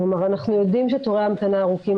כלומר אנחנו יודעים שתורי ההמתנה ארוכים,